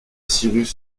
cyrus